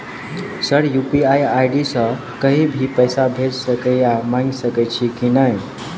Sir UPI ID सँ कहि भी पैसा भेजि सकै या मंगा सकै छी की न ई?